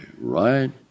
right